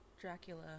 Dracula